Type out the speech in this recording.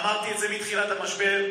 אמרתי את זה מתחילת המשבר,